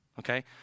Okay